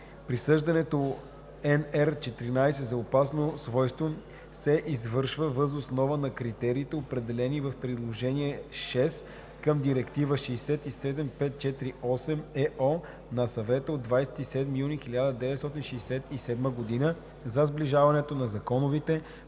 „Присъждането HP 14 за опасно свойство се извършва въз основа на критериите, определени в приложение VI към Директива 67/548/ЕО на Съвета от 27 юни 1967 г. за сближаването на законовите, подзаконовите